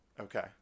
Okay